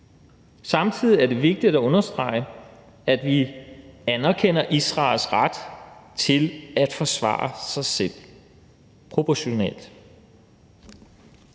Samtidig er det vigtigt at understrege, at vi anerkender Israels ret til at forsvare sig selv proportionalt.